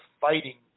fighting